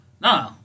No